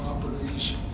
properties